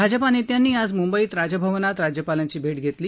भाजपा नेत्यांनी आज म्ंबईत राजभवनात राज्यपालांची भेट घेतली